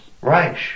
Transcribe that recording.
Reich